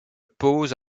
pose